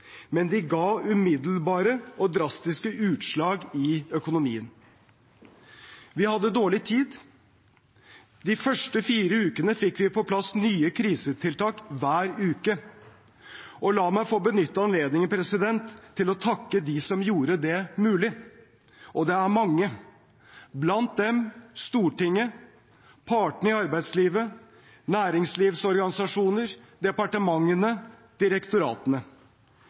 men de ga umiddelbare og drastiske utslag i økonomien. Vi hadde dårlig tid. De første fire ukene fikk vi på plass nye krisetiltak hver uke. La meg få benytte anledningen til å takke dem som gjorde det mulig, og det er mange, blant dem Stortinget, partene i arbeidslivet, næringslivsorganisasjoner, departementene og direktoratene.